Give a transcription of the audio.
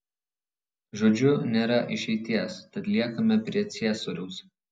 žodžiu nėra išeities tad liekame prie ciesoriaus